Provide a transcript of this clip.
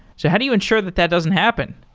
so how do you ensure that that doesn't happen?